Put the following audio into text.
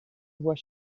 what